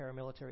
paramilitary